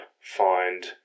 find